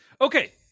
Okay